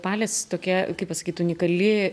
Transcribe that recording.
pales tokia kaip pasakyt unikali